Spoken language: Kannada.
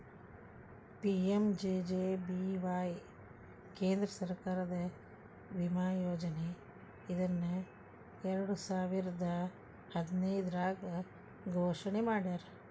ಪಿ.ಎಂ.ಜೆ.ಜೆ.ಬಿ.ವಾಯ್ ಕೇಂದ್ರ ಸರ್ಕಾರದ ವಿಮಾ ಯೋಜನೆ ಇದನ್ನ ಎರಡುಸಾವಿರದ್ ಹದಿನೈದ್ರಾಗ್ ಘೋಷಣೆ ಮಾಡ್ಯಾರ